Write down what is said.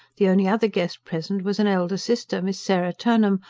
the only other guest present was an elder sister, miss sarah turnham,